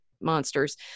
monsters